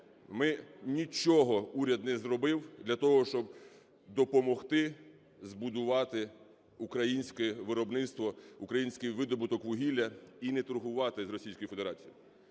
нічого уряд не зробив для того, щоб допомогти збудувати українське виробництво, український видобуток вугілля і не торгувати з Російською Федерацією.